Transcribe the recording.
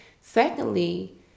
Secondly